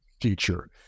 future